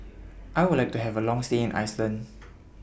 I Would like to Have A Long stay in Iceland